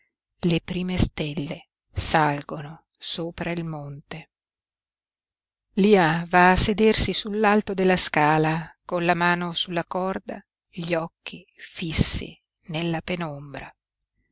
le prime stelle salgono sopra il monte lia va a sedersi sull'alto della scala con la mano sulla corda gli occhi fissi nella penombra